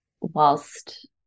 whilst